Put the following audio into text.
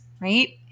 right